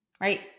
right